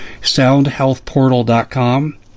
SoundHealthPortal.com